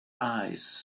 eyes